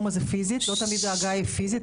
הזה פיזית לא תמיד ההגעה היא פיזית,